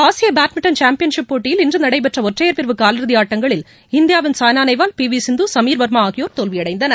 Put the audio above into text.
ஆசிய பேட்மிண்டன் சாம்பியன் ஷிப்போட்டியில் இன்று நடைபெற்ற ஒற்றையர் பிரிவு காலிறுதி ஆட்டங்களில் இந்தியாவின் சாய்னா நேவால் பி வி சிந்து சமீர் வர்மா ஆகியோர் தோல்வியடைந்தனர்